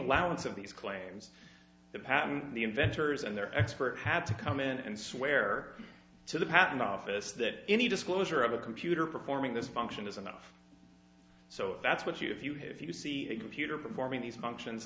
allowance of these claims the patent the inventors and their expert had to come in and swear to the patent office that any disclosure of a computer performing this function is enough so that's what you if you have if you see the computer performing these functions